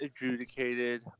adjudicated